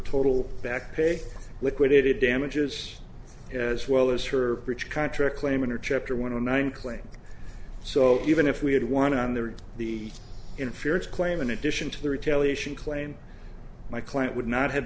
total back pay liquidated damages as well as her rich country a claim in her chapter one of nine claims so even if we had one on there the in fairness claim in addition to the retaliation claim my client would not have